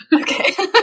Okay